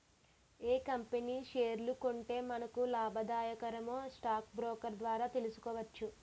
ఏ company షేర్లు కొంటే మనకు లాభాదాయకమో స్టాక్ బ్రోకర్ ద్వారా తెలుసుకోవచ్చు